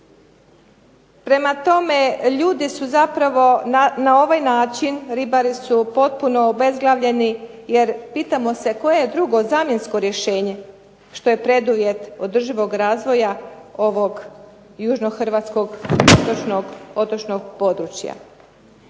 Prema tome, ljudi su zapravo na ovaj način, ribari su potpuno obezglavljeni jer pitamo se koje je drugo, zamjensko rješenje? Što je preduvjet održivog razvoja ovog južnohrvatskog otočnog područja.